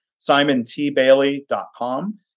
simontbailey.com